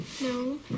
No